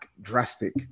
drastic